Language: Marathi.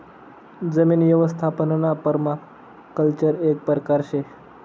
जमीन यवस्थापनना पर्माकल्चर एक परकार शे